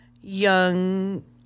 young